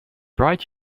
bright